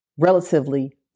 relatively